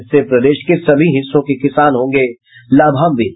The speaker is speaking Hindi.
इससे प्रदेश के सभी हिस्सों के किसान होंगे लाभांवित